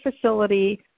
facility